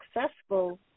successful